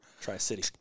Tri-City